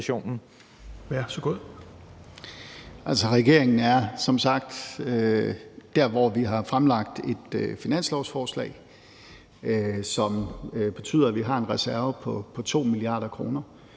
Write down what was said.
regeringen er som sagt der, hvor vi har fremlagt et finanslovsforslag, som betyder, at vi har en reserve på 2 mia. kr.,